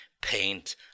paint